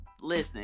listen